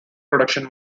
production